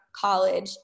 college